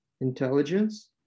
intelligence